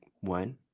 one